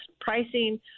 pricing